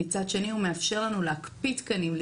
מצד שני הוא מאפשר לנו להקפיא תקנים,